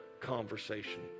conversation